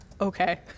Okay